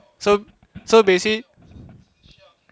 so so basi~